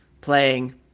playing